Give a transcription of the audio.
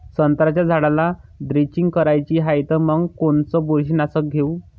संत्र्याच्या झाडाला द्रेंचींग करायची हाये तर मग कोनच बुरशीनाशक घेऊ?